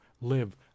live